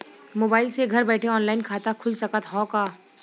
Mobile से घर बैठे ऑनलाइन खाता खुल सकत हव का?